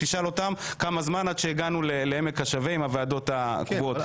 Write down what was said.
תשאל אותן כמה זמן עד שהגענו לעמק השווה עם הוועדות הקבועות.